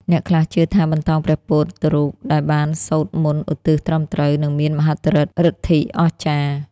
អ្នកខ្លះជឿថា បន្តោងព្រះពុទ្ធរូបដែលបានសូត្រមន្តឧទ្ទិសត្រឹមត្រូវ នឹងមានមហិទ្ធិឫទ្ធិអស្ចារ្យ។